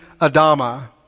Adama